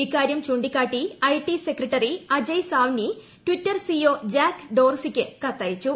ഇക്കാര്യം ചൂണ്ടിക്കാട്ടി IT secretary Ajay Sawhney Twitter CEO Jack ഡോർസിയ്ക്ക് കത്തയച്ചു